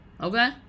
Okay